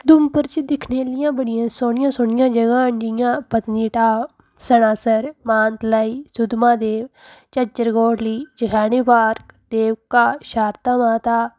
उधमपुर च दिक्खने आह्लियां बड़ियां सोह्नियां सोह्नियां जगहां न जि'यां पत्नीटॉप सनासर मानतलाई सुद्धमहादेव झज्जर कोटली जखैनी पार्क देवका शारदा माता